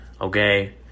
okay